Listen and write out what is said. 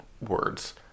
words